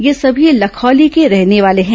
ये सभी लखौली के रहने वाले हैं